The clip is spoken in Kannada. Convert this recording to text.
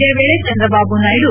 ಇದೇ ವೇಳೆ ಚಂದ್ರಬಾಬು ನಾಯ್ಡು